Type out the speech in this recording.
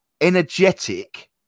energetic